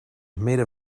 made